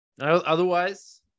Otherwise